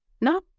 No